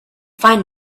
find